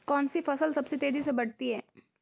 कौनसी फसल सबसे तेज़ी से बढ़ती है?